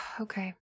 Okay